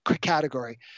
category